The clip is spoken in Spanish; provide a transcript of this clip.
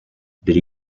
del